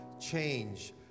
change